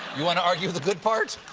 you want to argue the good part?